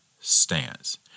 stance